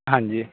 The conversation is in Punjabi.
ਹਾਂਜੀ